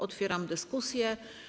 Otwieram dyskusję.